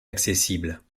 accessibles